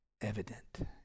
evident